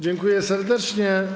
Dziękuję serdecznie.